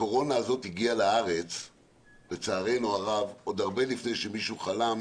הקורונה הזאת הגיעה לארץ עוד הרבה לפני שמישהו חלם